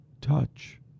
touch